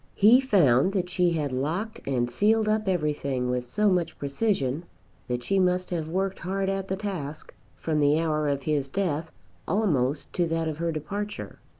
he found that she had locked and sealed up everything with so much precision that she must have worked hard at the task from the hour of his death almost to that of her departure.